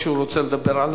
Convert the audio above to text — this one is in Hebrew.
כנסת נכבדה,